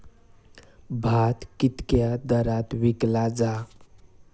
भात कित्क्या दरात विकला जा?